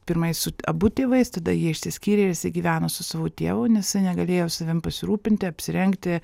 pirmai su abu tėvais tada jie išsiskyrė ir jisai gyveno su savo tėvu nes jisai negalėjo savim pasirūpinti apsirengti